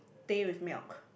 teh with milk